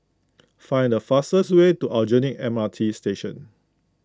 find the fastest way to Aljunied M R T Station